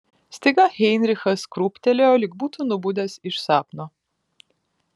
staiga heinrichas krūptelėjo lyg būtų nubudęs iš sapno